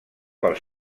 pel